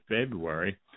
February